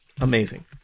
amazing